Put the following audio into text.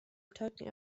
talking